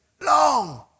long